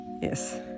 yes